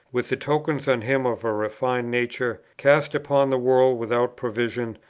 with the tokens on him of a refined nature, cast upon the world without provision,